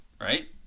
right